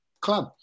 club